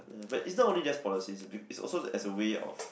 ya but it's not only just policies it's also as a way of